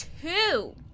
two